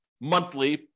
monthly